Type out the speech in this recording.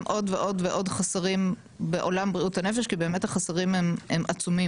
עוד ועוד ועוד חסרים בעולם בריאות הנפש כי באמת החסרים הם עצומים.